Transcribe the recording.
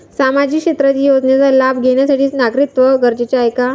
सामाजिक क्षेत्रातील योजनेचा लाभ घेण्यासाठी नागरिकत्व गरजेचे आहे का?